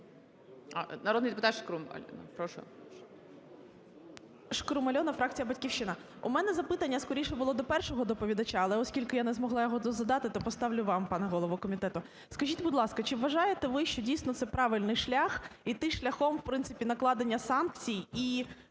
ШКРУМ А.І. Шкрум Альона, фракція "Батьківщина". У мене запитання скоріше було до першого доповідача, але, оскільки я не змогла його тут задати, то поставлю вам, пане голово комітету. Скажіть, будь ласка, чи вважаєте ви, що дійсно це правильний шлях, йти шляхом, в принципі, накладення санкцій і